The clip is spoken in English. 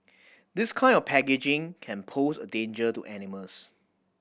this kind of packaging can pose a danger to animals